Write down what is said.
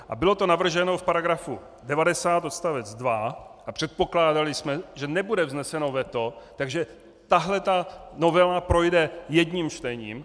A bylo to navrženo v § 90 odst. 2 a předpokládali jsme, že nebude vzneseno veto, takže tato novela projde jedním čtením.